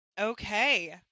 Okay